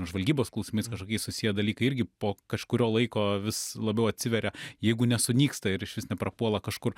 žvalgybos klausimais kažkokie susiję dalykai irgi po kažkurio laiko vis labiau atsiveria jeigu nesunyksta ir iš vis neprapuola kažkur